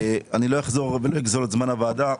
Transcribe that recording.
לא אחזור ולא אגזול את זמן הוועדה,